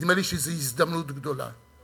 ונדמה לי שזו הזדמנות גדולה.